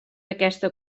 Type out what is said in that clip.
aquesta